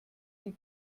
sie